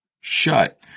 shut